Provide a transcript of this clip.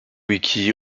wiki